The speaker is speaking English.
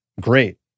great